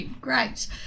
great